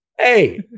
hey